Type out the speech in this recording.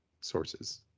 sources